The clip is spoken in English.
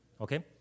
okay